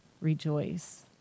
rejoice